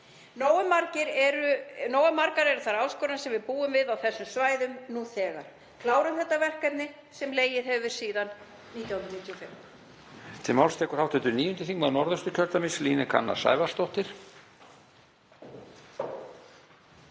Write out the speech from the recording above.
Nógu margar eru þær áskoranir sem við búum við á þessum svæðum nú þegar. Klárum þetta verkefni sem legið hefur fyrir síðan 1995.